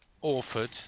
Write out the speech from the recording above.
Orford